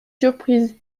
surprise